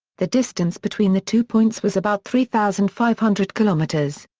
the distance between the two points was about three thousand five hundred kilometres.